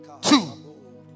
two